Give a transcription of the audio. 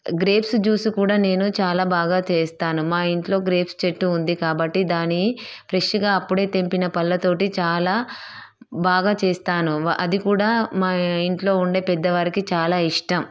grapes juice కూడా నేను చాలా బాగా చేస్తాను మాఇంట్లో గ్రేప్స్ చెట్టు ఉంది కాబట్టి దాని ఫ్రెష్గా అప్పుడే తెంప్పిన పళ్ళ తోటి చాలా బాగా చేస్తాను అది కూడా మాఇంట్లో ఉండే పెద్దవారికి చాలా ఇష్టం